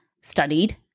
studied